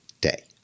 day